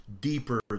deeper